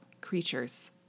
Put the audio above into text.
creatures